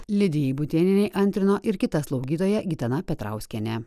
lidijai būtėnienei antrino ir kita slaugytoja gitana petrauskienė